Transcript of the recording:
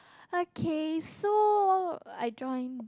okay so I join